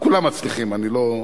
כולם מצליחים, אני לא,